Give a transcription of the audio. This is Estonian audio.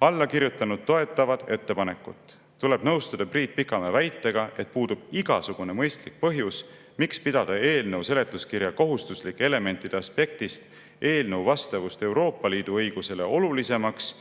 Allakirjutanud toetavad ettepanekut. Tuleb nõustuda Priit Pikamäe väitega, et puudub igasugune mõistlik põhjus, miks pidada eelnõu seletuskirja kohustuslike elementide aspektist eelnõu vastavust Euroopa Liidu õigusele olulisemaks